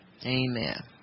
Amen